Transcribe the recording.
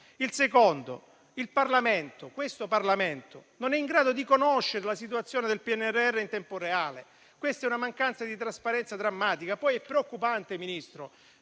al secondo elemento di criticità, questo Parlamento non è in grado di conoscere la situazione del PNRR in tempo reale. Questa è una mancanza di trasparenza drammatica. È preoccupante, signor